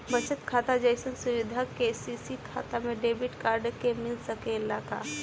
बचत खाता जइसन सुविधा के.सी.सी खाता में डेबिट कार्ड के मिल सकेला का?